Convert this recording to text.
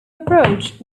approach